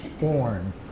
born